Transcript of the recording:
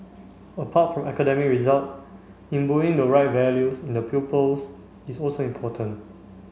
apart from academic result imbuing the right values in the pupils is also important